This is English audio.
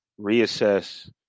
reassess